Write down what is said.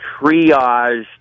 triage